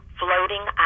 floating